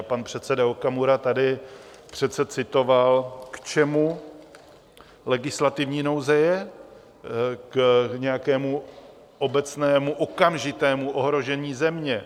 Pan předseda Okamura tady přece citoval, k čemu legislativní nouze je: k nějakému obecnému okamžitému ohrožení země.